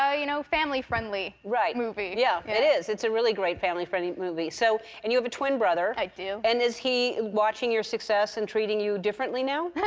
ah you know, family friendly right. movie. yeah. it is. yeah. it's a really great family friendly movie. so and you have a twin brother? i do. and is he watching your success and treating you differently now?